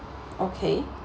okay